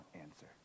answer